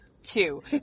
Two